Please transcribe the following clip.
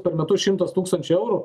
per metus šimtas tūkstančių eurų